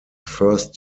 first